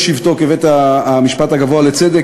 בשבתו כבית-המשפט הגבוה לצדק,